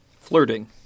Flirting